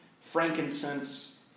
frankincense